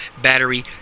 battery